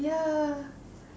yeah